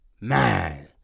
Man